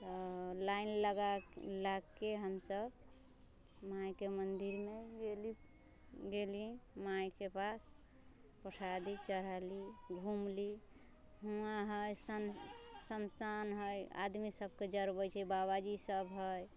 तऽ लाइन लगाके हमसब मायके मन्दिरमे गेली गेली मायके पास परसादी चढ़ैली घुमली हुवाँ हय सम समसान हय आदमी सबके जरबै छै बाबा सब हय